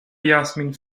jasmin